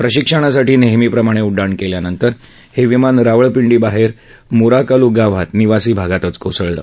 प्रशिक्षणासाठी नेहमीप्रमाणे उड्डाण केल्यानंतर हे विमान रावळपिंडीबाहेर मोराकालू गावात निवासी भागातच कोसळलं